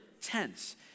tense